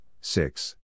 six